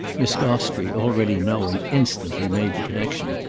miss gostrey, already knowing, instantly made the connexion.